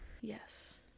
Yes